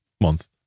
month